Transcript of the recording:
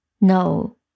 No